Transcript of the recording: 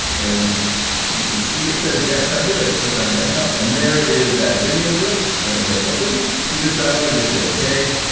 and you can see it says desktop here, i just click on desktop and there is that video clip. so i'm gonna hit open see this dialog, just hit ok.